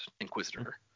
Inquisitor